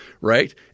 Right